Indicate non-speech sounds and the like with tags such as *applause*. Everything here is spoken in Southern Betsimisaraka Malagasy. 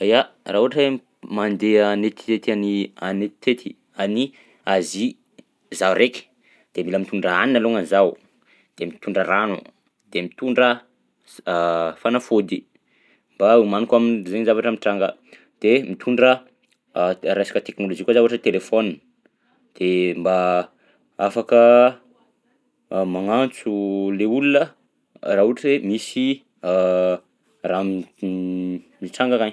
Ya, raha ohatra hoe mandeha hanetitety an'i hanetitety an'i Azia zaho raiky de mila mitondra hanina alongany zaho de mitondra rano de mitondra s- *hesitation* fanafody mba homanako am'zainy zavatra mitranga de mitondra *hesitation* resaka teknôlôjia koa zaho ohatra hoe telefaonina de mba afaka *hesitation* magnantso le olona raha ohotra hoe misy *hesitation* raha m- mitranga akagny.